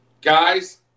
Guys